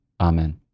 Amen